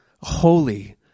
holy